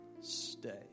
stay